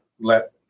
let